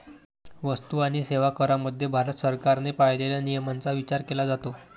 वस्तू आणि सेवा करामध्ये भारत सरकारने पाळलेल्या नियमांचा विचार केला जातो